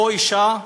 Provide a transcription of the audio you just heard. שבו אישה ערבייה,